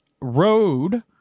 road